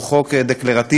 הוא חוק דקלרטיבי,